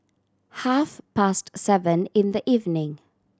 half past seven in the evening